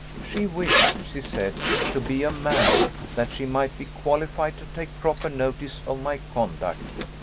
she wished, she said, to be a man, that she might be qualified to take proper notice of my conduct.